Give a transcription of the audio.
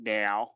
now